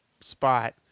spot